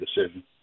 decision